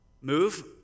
move